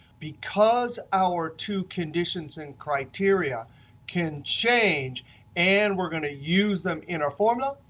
because our two conditions and criteria can change and we're going to use them in our formula,